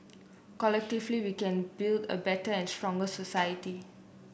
collectively we can build a better and stronger society